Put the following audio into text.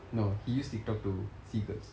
no he use TikTok to see girls